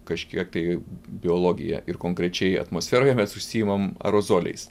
kažkiek tai biologija ir konkrečiai atmosferoje mes užsiimam aerozoliais